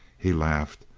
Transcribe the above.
he laughed.